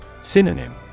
Synonym